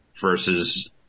versus